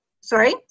sorry